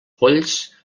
polls